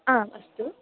आम् अस्तु